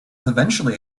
eventually